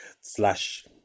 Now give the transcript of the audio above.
slash